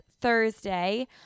Thursday